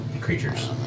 creatures